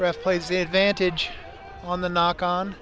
rest plays the advantage on the knock on